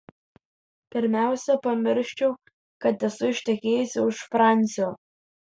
pirmiausia pamirščiau kad esu ištekėjusi už fransio